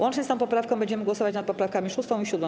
Łącznie z tą poprawką będziemy głosować nad poprawkami 6. i 7.